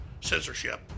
censorship